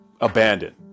abandoned